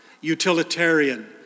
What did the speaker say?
utilitarian